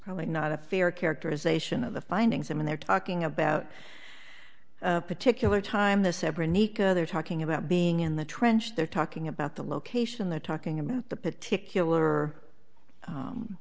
probably not a fair characterization of the findings i mean they're talking about a particular time the separate nico they're talking about being in the trench they're talking about the location they're talking about the particular